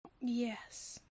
Yes